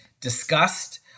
discussed